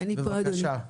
שתציג את התקנות, בבקשה.